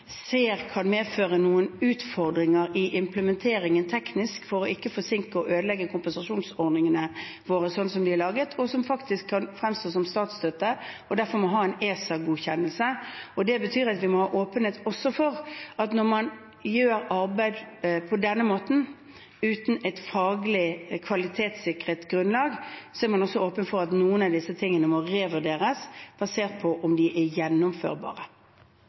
laget, og som faktisk kan fremstå som statsstøtte og derfor må ha en ESA-godkjennelse. Det betyr at vi må ha åpenhet om at når man gjør arbeid på denne måten, uten et faglig kvalitetssikret grunnlag, er man også åpen for at noen av disse tingene må revurderes basert på om de er gjennomførbare.